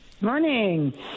morning